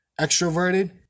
extroverted